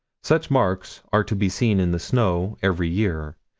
such marks are to be seen in the snow every year,